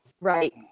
Right